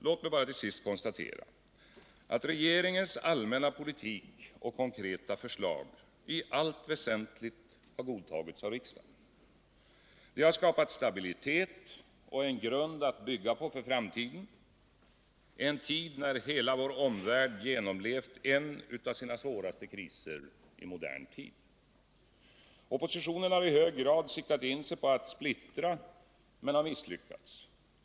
Låt mig till sist bara konstatera att regeringens allmänna politik och konkreta förslag i allt väsentligt har godtagits av riksdagen. Det har skapat stabilitet och en grund att bygga på för framtiden i en tid när hela vår värld genomlevt en av sina svåraste kriser i modern tid. Oppositionen har i hög grad siktat in sig på att splittra men har misslyckats.